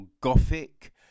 Gothic